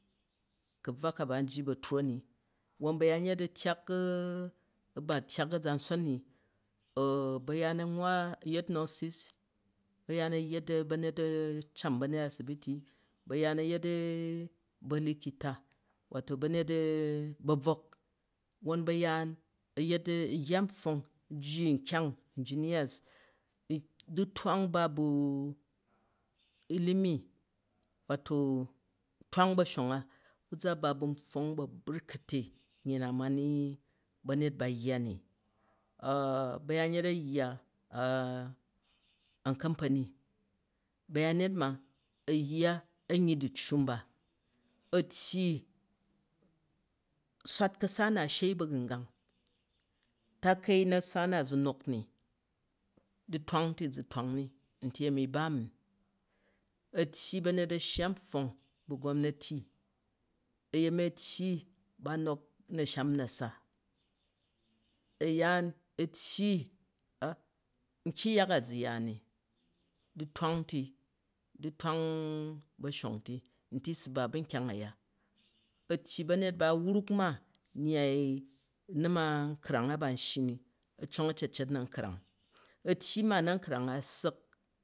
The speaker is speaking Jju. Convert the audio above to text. Ka̱bvwa ka ban n jji batromi wwon bayanyet ba a̱ tyak a̱zanson mi, ba̱yanyet an wwa, yet nursis, ba̱nyet can ba̱nyet asibiti, ba̱yaan a̱yet ba̱likita, wato banyet e e, ba̱ bvok wwon bayaan a̱ yya npfong jji nkyang engineers, du̱twang ba bu ilimi, wato twang bashong a, ku a ba bu npfong ba̱burkate, nyyi na ma mi banyet ba yya ni- ba̱ya nyet a̱ yya ah an kampanyt ba̱yanyet ma a̱yya anyyi a̱ccu mba. A̱ tyyi swat ka̱sa na u̱ shei ba̱gu̱gan. Ta kao nasa na zu nok ni, du̱twang ti zu̱ twang ni, n ti uran a̱ ba mi, a̱ tyyi ba̱nyet a shya npfong bu gomnati, aya mi a̱ tyyi ba nok na̱sham nasau a̱ yaan a̱ tyyi a, nkem ngya na zu̱ ya mi dutwang ti, du̱twang ba̱shon ti, nti su ba bu nkyang uya. A̱ tyyi ba̱nyet ba, a̱ wrok ma, le na ma̱nkrang a ba n shyi a̱ cong a̱cecet na̱nkrang a̱ ssa̱k a̱